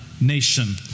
nation